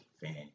fan